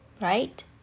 right